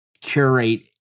curate